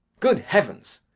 good heavens!